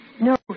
No